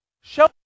Show